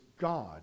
God